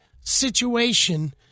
situation